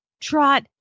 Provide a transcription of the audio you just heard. trot